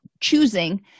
choosing